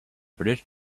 british